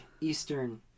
eastern